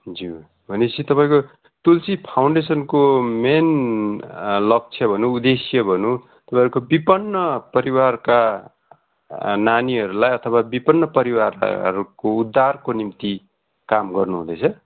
ज्यू भनेपछि तपाईँको तुलसी फाउन्डेसनको मेन लक्ष्य भनौँ उद्देश्य भनौँ बिपन्न परिवारका नानीहरूलाई अथवा बिपन्न परिवारहरूको उद्धारको निम्ति काम गर्नु हुँदैछ